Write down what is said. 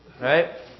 Right